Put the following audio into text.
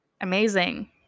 amazing